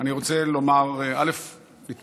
אני רוצה לתמוך בחוק.